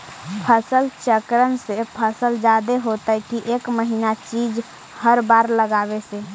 फसल चक्रन से फसल जादे होतै कि एक महिना चिज़ हर बार लगाने से?